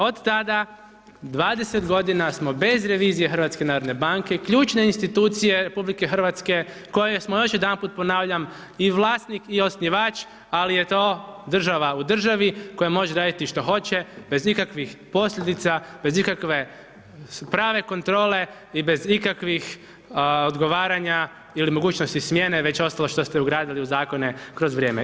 Od tada 20 godina smo bez revizije HNB-a ključne institucije RH kojoj smo, još jedanput ponavljam, i vlasnik i osnivač, ali je to država u državi koja može raditi što hoće bez ikakvih posljedica, bez ikakve prave kontrole i bez ikakvih odgovarana ili mogućnosti smjene već ostalo što ste ugradili u zakone kroz vrijeme.